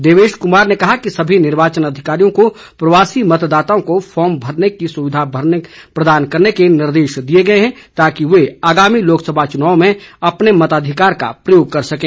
देवेश कुमार ने कहा कि सभी निर्वाचन अधिकारियों को प्रवासी मतदाताओं को फार्म भरने की सुविधा प्रदान करने के निर्देश दिए गए हैं ताकि वे आगामी लोकसभा चुनावों में अपने मताधिकार का प्रयोग कर सकें